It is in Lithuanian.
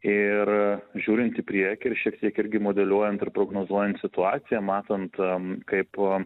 ir žiūrint į priekį ir šiek tiek irgi modeliuojant ir prognozuojant situaciją matant kaip a